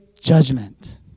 judgment